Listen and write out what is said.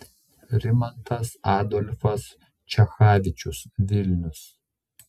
rimantas adolfas čechavičius vilnius